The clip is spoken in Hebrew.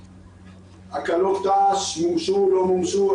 הקלות ת"ש מומשו, לא מומשו.